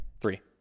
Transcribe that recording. Three